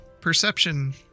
perception